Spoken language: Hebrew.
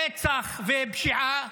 רצח ופשיעה